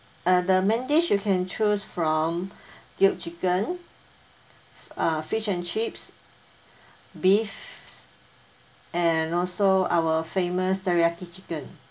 uh the main dish you can choose from cube chicken uh fish and chips beef and also our famous teriyaki chicken